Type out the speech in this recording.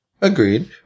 Agreed